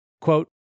Quote